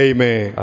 Amen